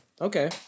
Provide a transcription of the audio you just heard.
okay